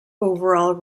overall